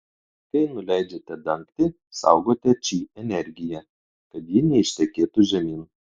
kai nuleidžiate dangtį saugote či energiją kad ji neištekėtų žemyn